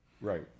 right